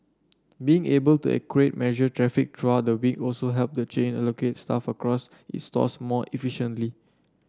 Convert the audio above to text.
being able to accurate measure traffic throughout the week also helped the chain allocate staff across its stores more efficiently